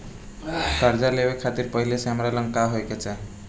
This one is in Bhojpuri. कर्जा लेवे खातिर पहिले से हमरा पास का होए के चाही?